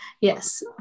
Yes